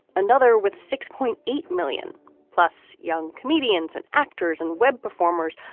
another with six point eight million plus young comedians and actors and web performers,